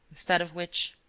instead of which.